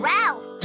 Ralph